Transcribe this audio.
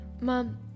Mom